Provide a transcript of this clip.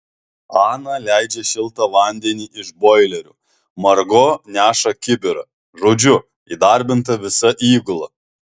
ana leidžia šiltą vandenį iš boilerio margo neša kibirą žodžiu įdarbinta visa įgula